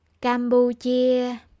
Cambodia